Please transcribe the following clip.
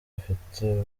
afite